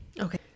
Okay